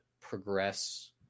progress